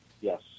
Yes